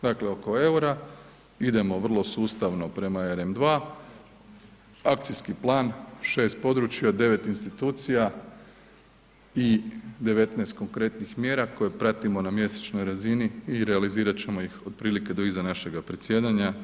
Dakle oko eura idemo vrlo sustavno prema RM2, akcijski plan 6 područja, 9 institucija i 19 konkretnih mjera koje pratimo na mjesečnoj razini i realizirat ćemo ih otprilike do iza našega predsjedanja.